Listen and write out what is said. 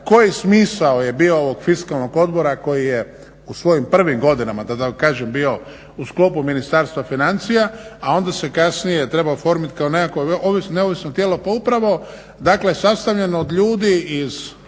koji smisao je bio ovog fiskalnog odbora koji je u svojim prvim godinama da tako kažem bio u sklopu Ministarstva financija a onda se kasnije trebao oformit kao nekakvo neovisno tijelo pa upravo sastavljeno od ljudi iz